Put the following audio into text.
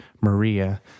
Maria